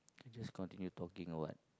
we just continue talking or what